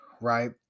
right